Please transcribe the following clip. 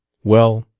well,